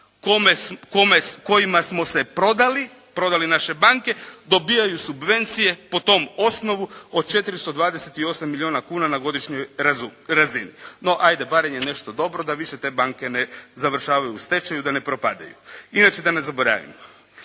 kojima smo se prodali prodali naše banke dobijaju subvencije po tom osnovu od 428 milijuna kuna na godišnjoj razini. No ajde barem je nešto dobro da više te banke ne završavaju u stečaju da ne propadaju. Inače da ne zaboravim,